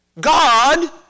God